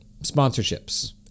sponsorships